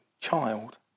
child